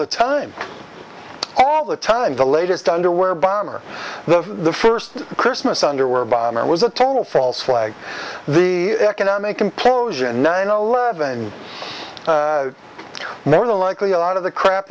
the time all the time the latest underwear bomber the first christmas underwear bomber was a total false flag the economic implosion nine eleven more likely a lot of the crap